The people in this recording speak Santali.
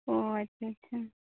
ᱚᱸᱻ ᱟᱪᱪᱷᱟ ᱟᱪᱪᱷᱟ